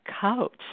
couch